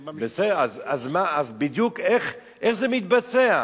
בסדר, אז איך בדיוק זה מתבצע?